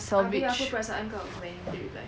abeh apa perasaan kau when dia reply